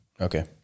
Okay